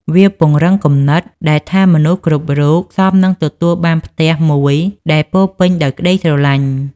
វាពង្រឹងគំនិតដែលថាមនុស្សគ្រប់រូបសមនឹងទទួលបានផ្ទះមួយដែលពោរពេញដោយក្ដីស្រឡាញ់។